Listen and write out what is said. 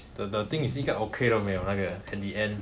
the the thing is 一个 okay 都没有那个 at the end